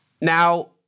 Now